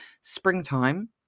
springtime